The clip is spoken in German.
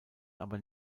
aber